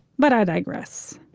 but i digress